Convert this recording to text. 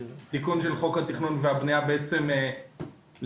תיקון של חוק התכנון והבנייה בעצם להקדים